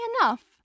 enough